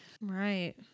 right